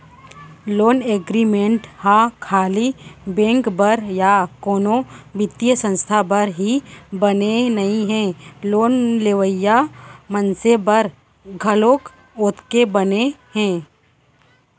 loan agreement ह खाली bank बर या कोनो बित्तीय संस्था बर ही बने नइ हे लोन लेवइया मनसे बर घलोक ओतके बने हे